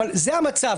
אבל זה המצב.